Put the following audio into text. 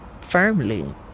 Firmly